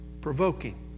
provoking